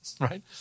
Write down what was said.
right